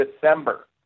December